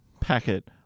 packet